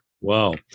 Wow